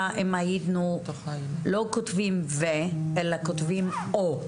אם היינו לא כותבים "ו" אלא כותבים "או".